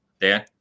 Dan